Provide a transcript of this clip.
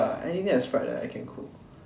ya anything that is fried that I can cook